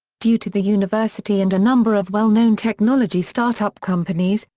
due to the university and a number of well known technology startup companies,